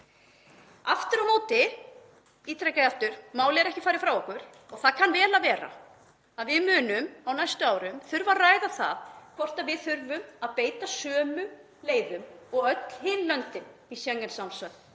Aftur á móti ítreka ég: Málið er ekki farið frá okkur og það kann vel að vera að við munum á næstu árum þurfa að ræða það hvort við þurfum að beita sömu leiðum og öll hin löndin í Schengen-samstarfinu